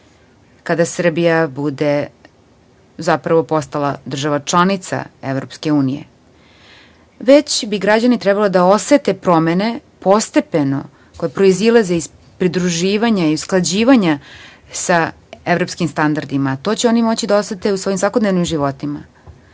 kada Srbija bude zapravo postala država članica EU, već bi građani trebalo da osete promene postepeno koje proizilaze iz pridruživanja i usklađivanja sa evropskim standardima. To će oni moći da osete u svojim svakodnevnim životima